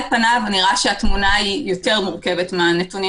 על פניו נראה שהתמונה היא יותר מורכבת מהנתונים